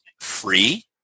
free